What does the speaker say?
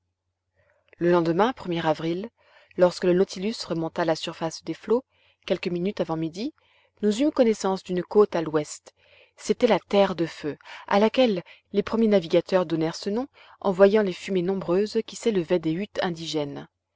le lendemain premier avril lorsque le nautilus remonta à la surface des flots quelques minutes avant midi nous eûmes connaissance d'une côte à l'ouest c'était la terre du feu à laquelle les premiers navigateurs donnèrent ce nom en voyant les fumées nombreuses qui s'élevaient des huttes indigènes